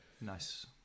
nice